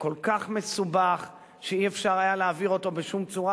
כל כך מסובך שלא היה אפשר להעביר אותו בשום צורה,